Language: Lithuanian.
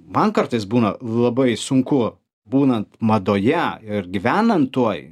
man kartais būna labai sunku būnant madoje ir gyvenant tuoj